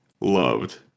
loved